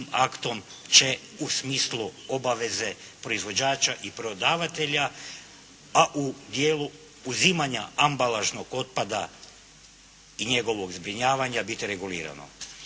aktom će u smislu obaveze proizvođača i prodavatelja a u dijelu uzimanja ambalažnog otpada i njegovog zbrinjavanja biti regulirano.